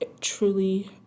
truly